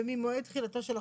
ממועד תחילתו של החוק,